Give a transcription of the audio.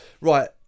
Right